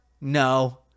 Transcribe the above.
no